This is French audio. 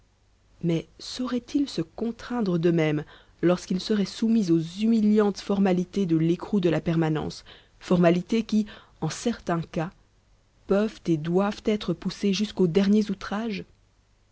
mais saurait-il se contraindre de même lorsqu'il serait soumis aux humiliantes formalités de l'écrou de la permanence formalités qui en certains cas peuvent et doivent être poussées jusqu'aux derniers outrages